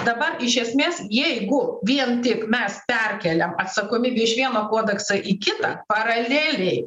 dabar iš esmės jeigu vien tik mes perkeliam atsakomybę iš vieno kodekso į kitą paraleliai